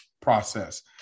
process